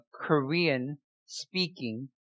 Korean-speaking